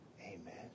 Amen